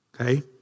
Okay